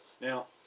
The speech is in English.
Now